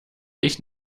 ich